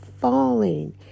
falling